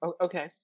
Okay